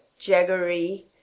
jaggery